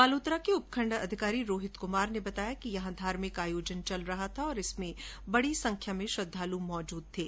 बालोतरा के उपखण्ड अधिकारी रोहित कुमार ने बताया कि यहॉ धार्मिक आयोजन चल रहा था और इसमें बड़ी संख्या में श्रद्वालू मौजूद थे